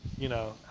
you know,